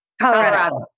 Colorado